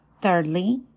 Thirdly